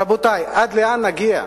רבותי, עד לאן נגיע?